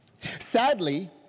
Sadly